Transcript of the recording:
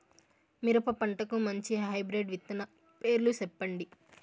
మిరప పంటకు మంచి హైబ్రిడ్ విత్తనాలు పేర్లు సెప్పండి?